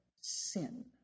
sin